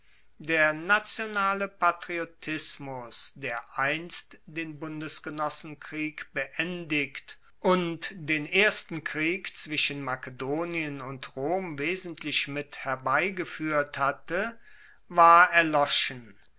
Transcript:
der nationale patriotismus der einst den bundesgenossenkrieg beendigt und der ersten krieg zwischen makedonien und rom wesentlich mit herbeigefuehrt hatte war erloschen